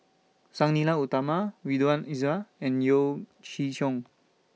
Sang Nila Utama Ridzwan Dzafir and Yeo Chee Kiong